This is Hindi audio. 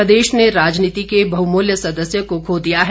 प्रदेश ने राजनीति के बहुमूल्य सदस्य को खो दिया है